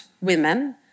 women